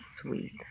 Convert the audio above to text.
Sweet